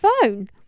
phone